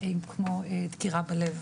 היא כמו דקירה בלב.